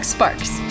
Sparks